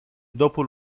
dopo